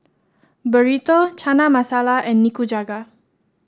Burrito Chana Masala and Nikujaga